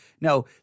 No